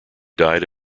died